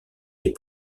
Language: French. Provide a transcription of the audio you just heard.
les